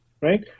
right